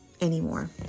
anymore